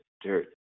dirt